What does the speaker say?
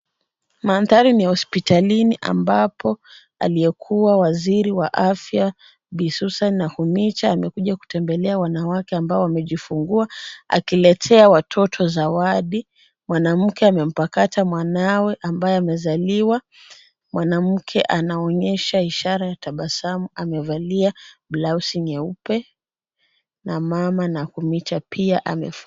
Mandhari ni ya hospitalini ambapo aliyekuwa waziri wa afya Bi Susan Nakhumicha amekuja kutembelea wanawake ambao wamejifungua, akiletea watoto zawadi. Mwanamke amempakata mwanawe ambaye amezaliwa ,mwanamke anaonyesha ishara ya tabasamu, amevalia blausi nyeupe na mama Nakhumicha pia.